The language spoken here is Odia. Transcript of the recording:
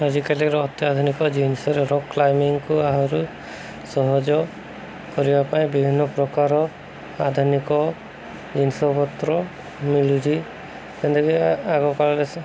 ଆଜିକାଲିର ଅତ୍ୟାଧୁନିକ ଜିନିଷରେ ରକ୍ କ୍ଲାଇମ୍ବିଙ୍ଗ୍କୁ ଆହୁରି ସହଜ କରିବା ପାଇଁ ବିଭିନ୍ନ ପ୍ରକାର ଆଧୁନିକ ଜିନିଷପତ୍ର ମିଳୁଛି ଯେନ୍ତାକି ଆଗକାଳରେ